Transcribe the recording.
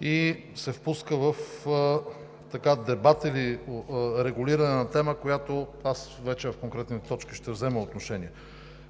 и се впуска в дебат или регулиране на тема, по която аз вече в конкретната точка ще взема отношение.